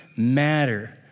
matter